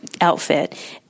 outfit